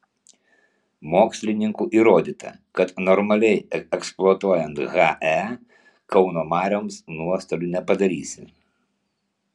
mokslininkų įrodyta kad normaliai eksploatuojant hae kauno marioms nuostolių nepadarysi